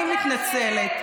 אני מתנצלת.